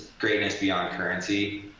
greatness beyond currency,